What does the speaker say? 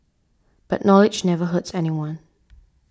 but knowledge never hurts anyone